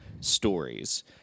stories